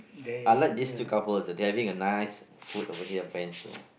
I like this two couple as they are having a nice food over head bench ya